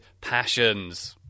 Passions